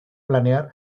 planear